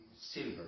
silver